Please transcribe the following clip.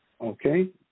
Okay